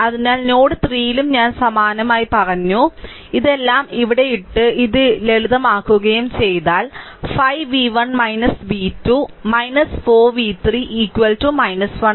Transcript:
അതിനാൽ നോഡ് 3 ലും ഞാൻ സമാനമായി പറഞ്ഞു ഞാൻ ഇത് എഴുതി ഇതെല്ലാം ഇവിടെ ഇട്ടു ഇത് ഇട്ട് ലളിതമാക്കുകയും ചെയ്താൽ 5 v1 v2 4 v3 1